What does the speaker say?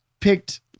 picked